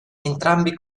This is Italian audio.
entrambi